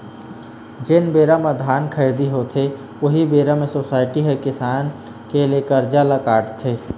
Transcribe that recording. जेन बेरा बेंक म धान खरीदी होथे, उही बेरा म सोसाइटी ह किसान के ले करजा ल काटथे